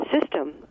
system